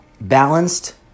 balanced